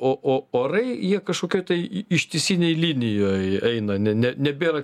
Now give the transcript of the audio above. o o orai jie kažkokioj tai ištisinėj linijoj eina ne ne nebėra